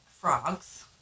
frogs